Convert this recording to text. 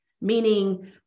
meaning